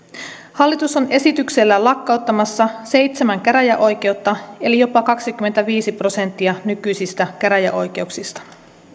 hallitus on esityksellään lakkauttamassa seitsemän käräjäoikeutta eli jopa kaksikymmentäviisi prosenttia nykyisistä käräjäoikeuksista